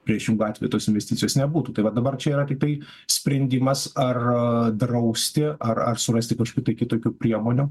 priešingu atveju tos investicijos nebūtų tai va dabar čia yra tiktai sprendimas ar drausti ar ar surasti kažkokių tai kitokių priemonių